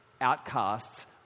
outcasts